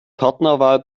partnerwahl